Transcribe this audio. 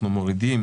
אנחנו מורידים